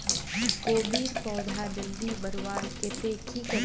कोबीर पौधा जल्दी बढ़वार केते की करूम?